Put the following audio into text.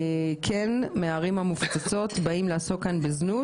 מהערים המופצצות באים לעסוק כאן בזנות.